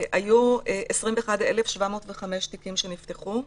היו 21,705 תיקים שנפתחו: